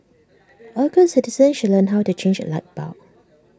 all good citizens should learn how to change A light bulb